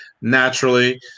Naturally